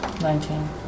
Nineteen